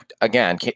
again